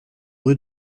rue